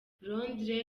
londres